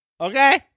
Okay